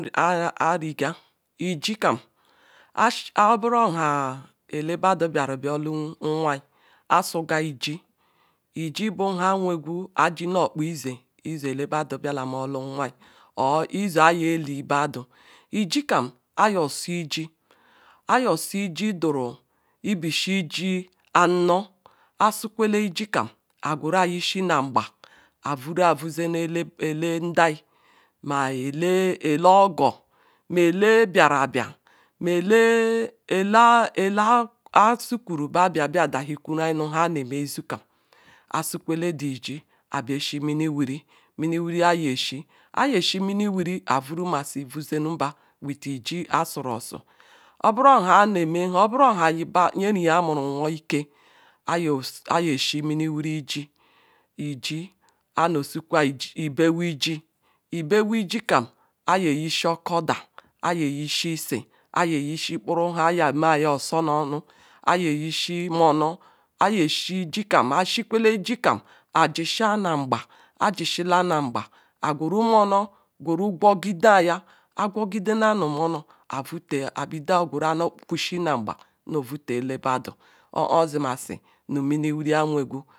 Arige ijikem oburu ha elebadu blaru bu olu nwol asuga iji iji bu nha awuu ajinokpa ezie elebadu bladu olu nwon or izi ayelibadu ijikam ayiozuiji daru ybijhie ji ano asukiode ijikam gwera yishie nu amgba avuru vuzenum ele ndai ma ele ogor ele biarabia ma ele asukwu ba bia dahu kwan nuha anemi nha nzukiyam asukwele eji a bia shie minioiri mmowu ayishie ayeshie mmwiri ayuwumesi vuzenu ni zji asuruosu gbara na nyirisi muru nwo ike aye shie mmi wuri ji anosukwea ibewiji ibewiji kam azi yisha okada yisi ese ayiyisi munor ayeshie ji kem ashiekwele iji kam ajisa nu amgba ajisala nu amgbe agweru monor gwogidayan agwogide neya nu monor agwera nokwusi nu amgba novete elebadu obu ozi mazi nu mimwiri awegwu.